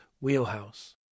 wheelhouse